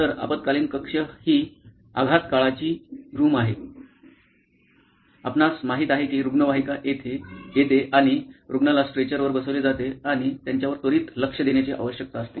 तर आपत्कालीन कक्ष ही आघात काळजी रूम आहे आपणास माहित आहे की रुग्णवाहिका येते आणि रुग्णाला स्ट्रेचरवर बसवले जाते आणि त्यांच्यावर त्वरित लक्ष देण्याची आवश्यकता असते